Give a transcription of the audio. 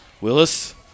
Willis